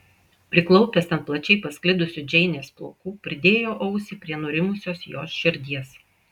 priklaupęs ant plačiai pasklidusių džeinės plaukų pridėjo ausį prie nurimusios jos širdies